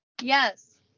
yes